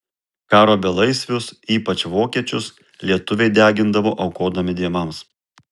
karo belaisvius ypač vokiečius lietuviai degindavo aukodami dievams